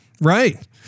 Right